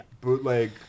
Bootleg